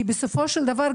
בסופו של דבר,